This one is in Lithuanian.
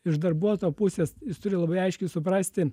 iš darbuotojo pusės jis turi labai aiškiai suprasti